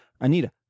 Anita